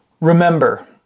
Remember